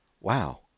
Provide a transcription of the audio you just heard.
wow